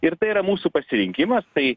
ir tai yra mūsų pasirinkimas tai